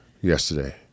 yesterday